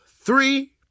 three